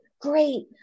great